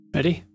Ready